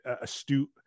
astute